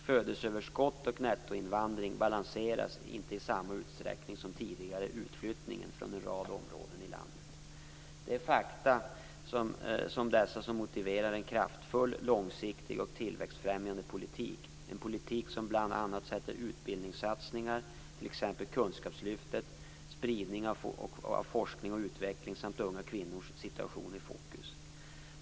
Födelseöverskott och nettoinvandring balanserar inte i samma utsträckning som tidigare utflyttningen från en rad områden i landet. Det är fakta som dessa som motiverar en kraftfull, långsiktig och tillväxtfrämjande politik, en politik som bl.a. sätter utbildningssatsningar, t.ex. kunskapslyftet, spridning av forskning och utveckling samt unga kvinnors situation i fokus.